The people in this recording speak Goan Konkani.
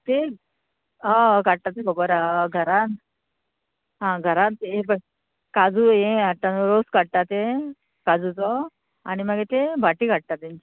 तें हय काडटा तें खबर आहा घरान आं घरान हे काजू हे रोस काडटा ते काजूचो आनी मागीर ते भाटी काडटा तेची